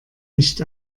nicht